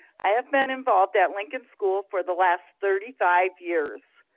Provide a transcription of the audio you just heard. i have been involved at lincoln school for the last thirty five years.